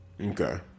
Okay